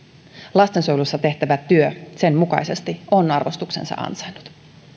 lastensuojelussa tehtävä työ sen mukaisesti on arvostuksensa ansainnut